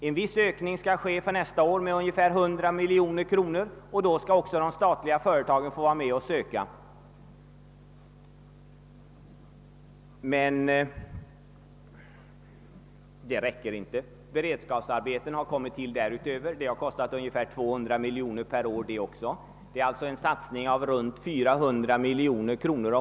En viss ökning skall ske nästa år med ungefär 100 miljoner, och då skall även statliga företag få söka lokaliseringsstöd. Men det räcker inte. Beredskapsarbetena kommer till därutöver, och de har kostat ungefär 200 miljoner kronor.